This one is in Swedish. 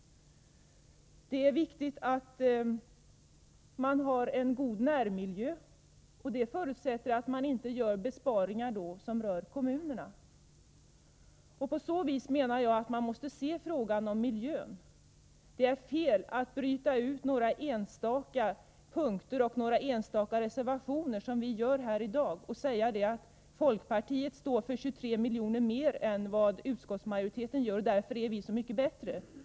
Det är viktigt att man har en god närmiljö, och det förutsätter att man inte gör besparingar som rör kommunerna. På så vis menar jag att man måste se på frågan om miljön. Det är fel att bryta ut några enstaka punkter och enstaka reservationer, som vi gör här i dag. Det är fel att säga att ni i folkpartiet står för 23 miljoner mer än utskottsmajoriteten gör och därför är så mycket bättre.